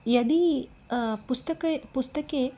यदि पुस्तके पुस्तके